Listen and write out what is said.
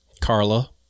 Carla